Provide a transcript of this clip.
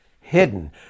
hidden